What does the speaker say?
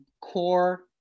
core